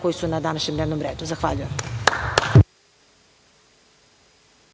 koja su na današnjem dnevnom redu. Zahvaljujem.